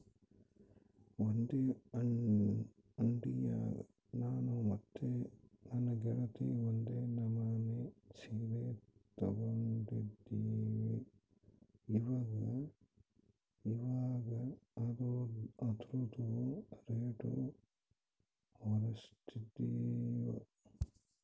ಒಂದೇ ಅಂಡಿಯಾಗ ನಾನು ಮತ್ತೆ ನನ್ನ ಗೆಳತಿ ಒಂದೇ ನಮನೆ ಸೀರೆ ತಗಂಡಿದ್ವಿ, ಇವಗ ಅದ್ರುದು ರೇಟು ಹೋಲಿಸ್ತಿದ್ವಿ